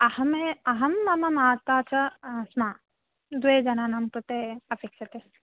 अहमे अहं मम माता च स्मः द्वे जनानां कृते अपेक्ष्यते